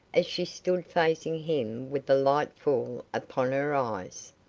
as she stood facing him with the light full upon her eyes.